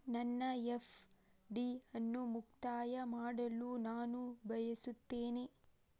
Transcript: ನನ್ನ ಎಫ್.ಡಿ ಅನ್ನು ಮುಕ್ತಾಯ ಮಾಡಲು ನಾನು ಬಯಸುತ್ತೇನೆ